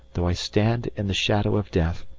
though i stand in the shadow of death,